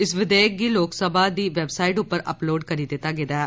इस विघेयक गी लोकसभा दी वैबसाईट उप्पर अपलोड़ करी दित्ता गेदा ऐ